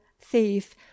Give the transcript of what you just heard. thief